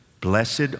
blessed